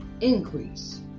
increase